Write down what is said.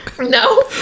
No